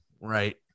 right